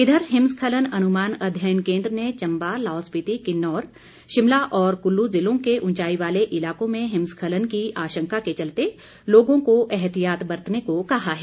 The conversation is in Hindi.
इधर हिमस्खलन अनुमान अध्ययन केन्द्र ने चम्बा लाहौल स्पिति किन्नौर शिमला और कुल्लू जिलों के उंचाई वाले इलाकों में हिमस्खलन की आशंका के चलते लोगों को एहतियात बरतने को कहा है